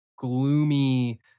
gloomy